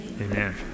Amen